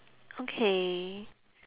okay